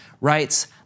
writes